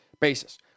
basis